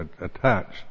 attached